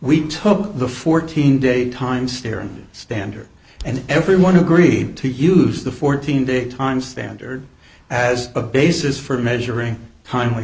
we took the fourteen day time stare standard and everyone agreed to use the fourteen day time standard as a basis for measuring